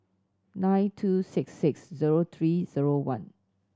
nine two six six zero three zero one